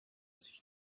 sich